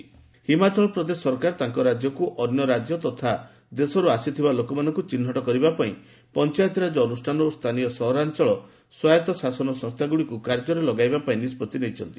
corona states Himachal Pradesh ସରକାର ତାଙ୍କ ରାଜ୍ୟକୁ ଅନ୍ୟ ରାଜ୍ୟ ତଥା ଦେଶରୁ ଆସିଥିବା ଲୋକମାନଙ୍କୁ ଚିହ୍ନଟ କରିବାପାଇଁ ପଞ୍ଚାୟତିରାଜ ଅନୁଷ୍ଠାନ ଓ ସ୍ଥାନୀୟ ସହରାଞ୍ଚଳ ସ୍ୱାୟତ୍ତ ଶାସନ ସଂସ୍ଥାଗୁଡ଼ିକୁ କାର୍ଯ୍ୟରେ ଲଗାଇବାପାଇଁ ନିଷ୍ପଭି ନେଇଛନ୍ତି